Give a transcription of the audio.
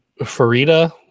Farida